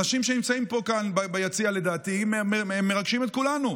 אנשים שנמצאים פה ביציע לדעתי מרגשים את כולנו.